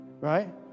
right